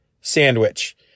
sandwich